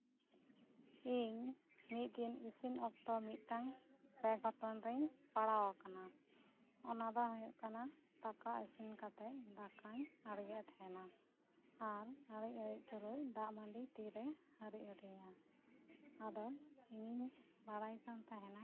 ᱤᱧ ᱢᱤᱫ ᱫᱤᱱ ᱤᱥᱤᱱ ᱚᱠᱛᱚ ᱢᱤᱫ ᱴᱮᱱ ᱵᱮᱜᱷᱚᱴᱚᱱ ᱨᱤᱧ ᱯᱟᱲᱟᱣ ᱟᱠᱟᱱᱟ ᱚᱱᱟ ᱫᱚ ᱦᱳᱭᱳᱜ ᱠᱟᱱᱟ ᱫᱟᱠᱟ ᱤᱥᱤᱱ ᱠᱟᱛᱮᱫ ᱫᱟᱠᱟᱧ ᱟᱲᱜᱳᱭᱮᱫ ᱛᱟᱦᱮᱸᱫᱼᱟ ᱟᱨ ᱟᱹᱲᱤᱡ ᱟᱹᱲᱤᱡ ᱛᱮᱜᱮ ᱫᱟᱜ ᱢᱟᱹᱰᱤ ᱛᱤᱨᱮ ᱦᱤᱨᱤᱡ ᱟᱹᱫᱤᱧᱟ ᱟᱫᱚ ᱤᱧᱤᱧ ᱵᱟᱲᱟᱭ ᱠᱟᱱ ᱛᱟᱦᱮᱸᱫᱼᱟ